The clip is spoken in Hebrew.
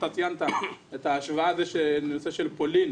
אתה ציינת את הנושא של פולין,